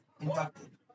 inducted